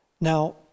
Now